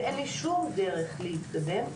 ואין לי שום דרך להתקדם,